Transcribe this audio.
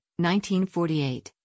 1948